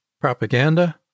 propaganda